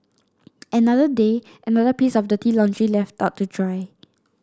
another day another piece of dirty laundry left out to dry